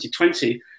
2020